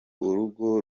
urugo